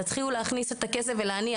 תתחילו להכניס את הכסף ולהניע,